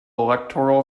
electoral